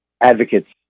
advocates